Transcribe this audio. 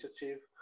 initiative